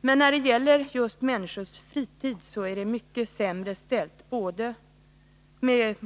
Men just när det gäller människors fritid är det mycket sämre ställt, både med